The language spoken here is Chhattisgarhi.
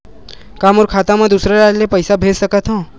का मोर खाता म दूसरा राज्य ले पईसा भेज सकथव?